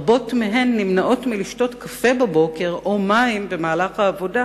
רבות מהן נמנעות מלשתות קפה בבוקר ומים במהלך העבודה,